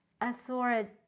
Authority